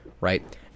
right